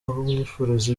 amwifuriza